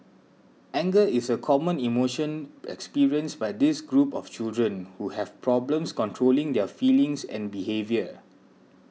anger is a common emotion experienced by this group of children who have problems controlling their feelings and behaviour